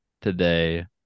today